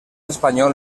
espanyol